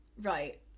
Right